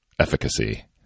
efficacy